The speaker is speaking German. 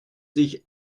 sich